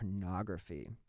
pornography